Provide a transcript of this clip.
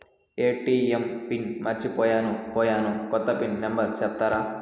ATM pin మర్చిపోయాను పోయాను, కొత్త పిన్ నెంబర్ సెప్తారా?